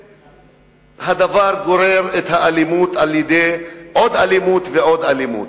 והדבר גורר אלימות על-ידי עוד אלימות ועוד אלימות.